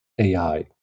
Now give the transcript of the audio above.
AI